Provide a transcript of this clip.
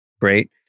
Great